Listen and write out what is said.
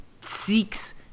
seeks